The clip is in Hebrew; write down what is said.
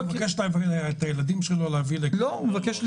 הוא מבקש להביא את הילדים שלו לכאן.